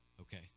Okay